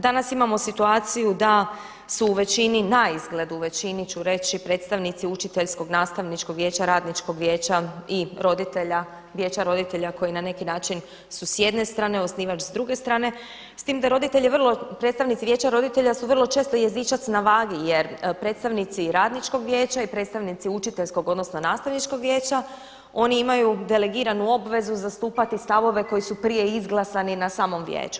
Danas imamo situaciju da su u većini, naizgled u većini ću reći predstavnici učiteljskog, nastavničkog vijeća, radničkog vijeća i roditelja, vijeća roditelja koji na neki način su s jedne strane a osnivač s druge strane s time da roditelji vrlo, predstavnici vijeća roditelja su vrlo često jezičac na vagi jer predstavnici radničkog vijeća i predstavnici učiteljskog odnosno nastavničkog vijeća oni imaju delegiranu obvezu zastupati stavove koji su prije izglasani na samom vijeću.